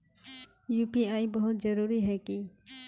UPI बहुत जरूरी है की?